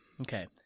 Okay